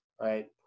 right